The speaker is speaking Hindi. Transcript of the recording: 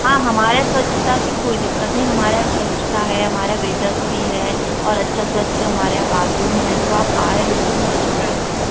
हाँ हमारे स्वच्छता की कोई दिक्कत नहीं हमारा स्वच्छता है हमारा वेटर भी है और अच्छा स्वच्छ हमारे यहाँ बाथरूम है तो आप आएं बिल्कुल मस्ट ट्राई करें